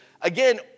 again